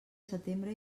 setembre